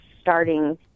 starting